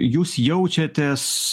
jūs jaučiatės